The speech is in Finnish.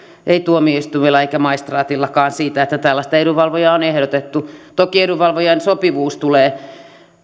ei tuomioistuimilla eikä maistraatillakaan siitä että tällaista edunvalvojaa on ehdotettu toki edunvalvojan sopivuus tulee